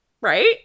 right